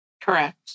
Correct